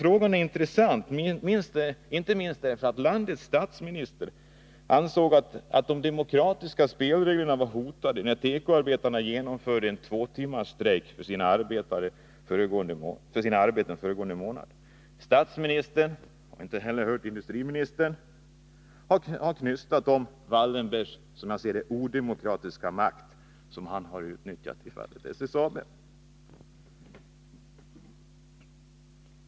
Frågan är intressant, inte minst därför att landets statsminister ansåg att de demokratiska spelreglerna var hotade när tekoarbetarna under föregående månad genomförde en två timmars strejk till förmån för sina arbeten. Statsministern och industriministern har inte så mycket som knystat om Wallenbergs odemokratiska maktutnyttjande i fallet SSAB.